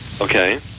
Okay